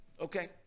Okay